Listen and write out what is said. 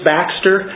Baxter